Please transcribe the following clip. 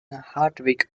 hartwig